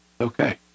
okay